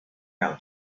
how